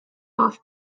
off